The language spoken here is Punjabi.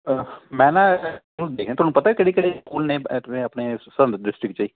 ਮੈਂ ਨਾ ਤੁਹਾਨੂੰ ਪਤਾ ਕਿਹੜੇ ਕਿਹੜੇ ਸਕੂਲ ਨੇ ਆਪਣੇ ਆਪਣੇ ਸਰਹਿੰਦ ਡਿਸਟਰਿਕਟ 'ਚ